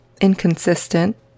inconsistent